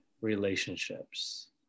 relationships